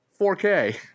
4K